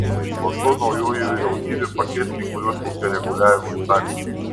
po to naujoji vyriausybė pakeis kai kuriuos ūkio reguliavimo įstatymus